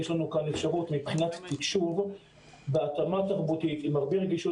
יש לנו אפשרות להתאמה תרבותית בנושא התקשוב ועם הרבה רגישות